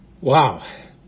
Wow